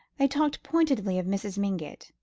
they talked pointedly of mrs. mingott,